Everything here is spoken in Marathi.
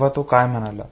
तेव्हा तो काय म्हणाला